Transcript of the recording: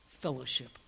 fellowship